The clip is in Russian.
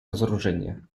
разоружения